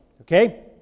okay